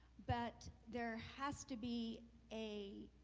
but there has to be a,